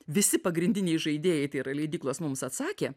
visi pagrindiniai žaidėjai tai yra leidyklos mums atsakė